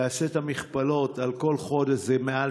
תעשה את המכפלות: על כל חודש זה מעל